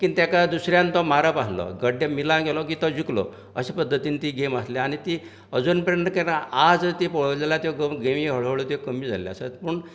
की तेका दुसऱ्यान तो मारप आहलो गड्डे मिलान गेलो की तो जिकलो अशे पद्दतीन ती गेम आसली आनी ती अजून पर्यंत केन्ना आज ती पळयली जाल्यार त्यो गेमी हळू हळू त्यो कमी जाल्ल्यो आसा पूण